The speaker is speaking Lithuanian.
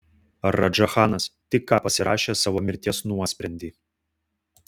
radža chanas tik ką pasirašė savo mirties nuosprendį